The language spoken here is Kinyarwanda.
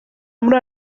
muri